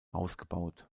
ausgebaut